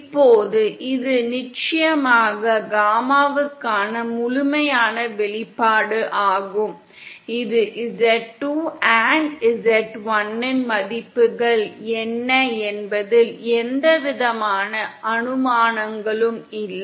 இப்போது இது நிச்சயமாக காமாவுக்கான முழுமையான வெளிப்பாடு ஆகும் இந்த z2 z1 இன் மதிப்புகள் என்ன என்பதில் எந்தவிதமான அனுமானங்களும் இல்லை